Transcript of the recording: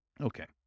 Okay